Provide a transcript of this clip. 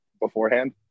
beforehand